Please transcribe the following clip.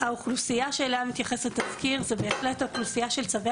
האוכלוסייה שאליה מתייחס התזכיר זאת בהחלט האוכלוסייה של צווי